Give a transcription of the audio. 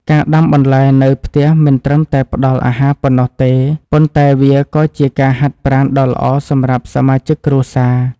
ការដាំបន្លែនៅផ្ទះមិនត្រឹមតែផ្តល់អាហារប៉ុណ្ណោះទេ ប៉ុន្តែវាក៏ជាការហាត់ប្រាណដ៏ល្អសម្រាប់សមាជិកគ្រួសារ។